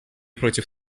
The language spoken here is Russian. против